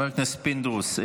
חבר הכנסת פינדרוס,